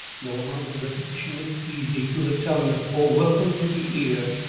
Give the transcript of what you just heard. no amount of repetition makes easy to the tongue or welcome to the ear.